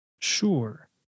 Sure